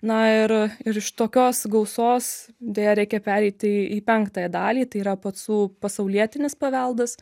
na ir ir iš tokios gausos deja reikia pereiti į penktąją dalį tai yra pacų pasaulietinis paveldas